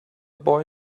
boy